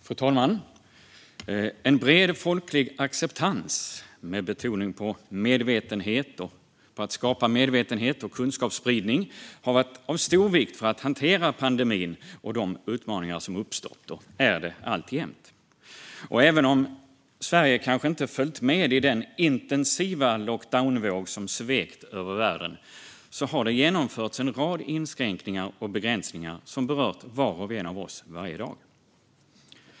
Fru talman! En bred folklig acceptans med betoning på att skapa medvetenhet och på kunskapsspridning har varit av stor vikt för att hantera pandemin och de utmaningar som uppstått och alltjämt finns. Även om Sverige kanske inte följt med i den intensiva lockdown-våg som svept över världen har det genomförts en rad inskränkningar och begränsningar som berört var och en av oss varje dag.